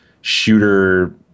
shooter